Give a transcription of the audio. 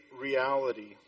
reality